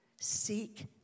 Seek